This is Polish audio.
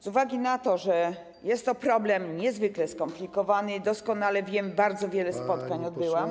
Z uwagi na to, że jest to problem niezwykle skomplikowany i doskonale o tym wiem, bardzo wiele spotkań odbyłam.